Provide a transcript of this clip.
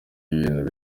ibintu